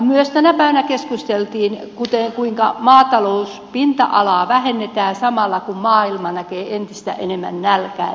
tänä päivänä keskusteltiin myös kuinka maatalouspinta alaa vähennetään samalla kun maailma näkee entistä enemmän nälkää